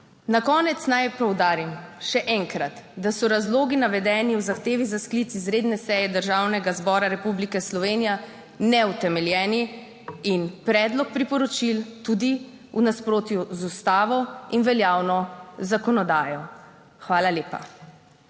Na konec naj poudarim, še enkrat, da so razlogi, navedeni v zahtevi za sklic izredne seje Državnega zbora Republike Slovenije, neutemeljeni in predlog priporočil tudi v nasprotju z Ustavo in veljavno zakonodajo. Hvala lepa.